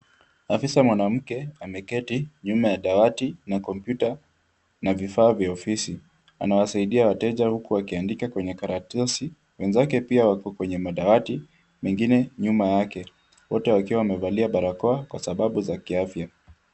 Afisa mwanamke, ameketi nyuma ya dawati na kompyuta, na vifaa vya ofisi. Anawasaidia wateja huku akiandika kwenye karatasi. Wenzake pia wako kwenye madawati, mengine nyuma yake. Wote wakiwa wamevalia barakoa kwa sababu za kiafya.